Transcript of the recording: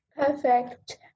Perfect